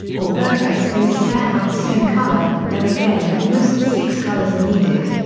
or vertex-face pair have the same color, then again at most six colors are needed.